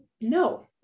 no